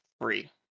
free